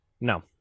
No